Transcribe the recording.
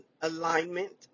alignment